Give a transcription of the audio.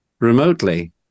remotely